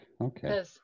okay